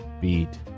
beat